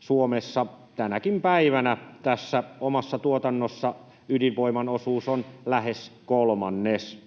Suomessa tänäkin päivänä tässä omassa tuotannossa on lähes kolmannes.